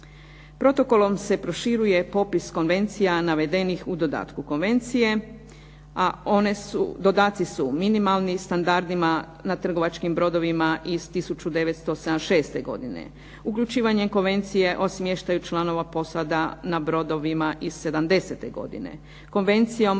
Protokolom se proširuje popis konvencija navedenih u dodatku konvencije, a dodaci su minimalni standardima na trgovačkim brodovima iz 1976. godine. Uključivanje Konvencije o smještaju članova posada na brodovima iz '70. godine, Konvencijom